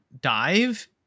dive